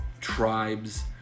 tribes